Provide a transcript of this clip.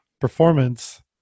performance